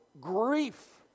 grief